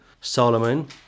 Solomon